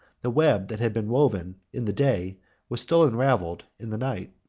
the web that had been woven in the day was still unravelled in the night.